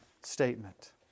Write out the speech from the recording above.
statement